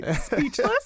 speechless